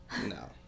No